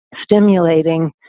stimulating